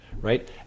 right